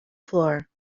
floor